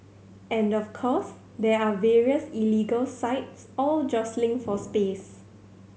and of course there are various illegal sites all jostling for space